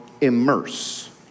immerse